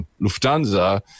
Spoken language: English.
Lufthansa